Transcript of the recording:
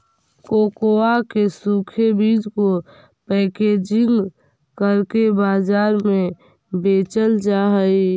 cocoa के सूखे बीज को पैकेजिंग करके बाजार में बेचल जा हई